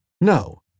No